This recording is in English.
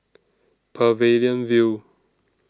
Pavilion View